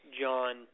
John